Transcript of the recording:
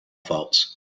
faults